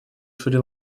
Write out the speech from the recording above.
шри